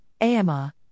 AMR